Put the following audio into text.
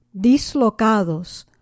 Dislocados